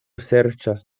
serĉas